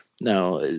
Now